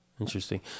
Interesting